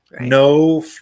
No